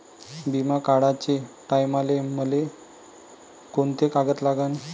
बिमा काढाचे टायमाले मले कोंते कागद लागन?